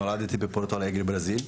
נולדתי בפורטו אלגרה ברזיל,